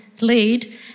Lead